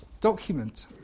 document